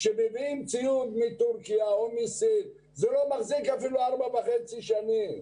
כשמביאים ציוד מטורקיה או מסין זה לא מחזיק אפילו ארבע וחצי שנים.